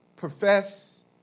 profess